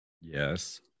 yes